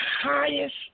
highest